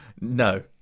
No